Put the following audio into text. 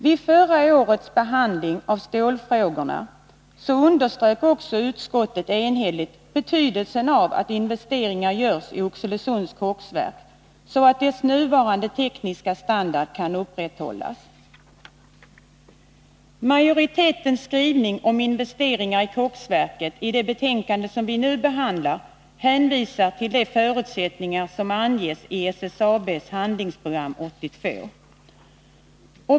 Vid förra årets behandling av stålfrågorna underströk också utskottet enhälligt betydelsen av att investeringar görs i Oxelösunds koksverk, så att dess nuvarande tekniska standard kan upprätthållas. I det betänkande som vi nu behandlar hänvisar majoriteten i sin skrivning om investeringar i koksverket till de förutsättningar som anges i SSAB:s Handlingsprogram 82.